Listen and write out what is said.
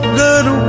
good